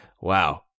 Wow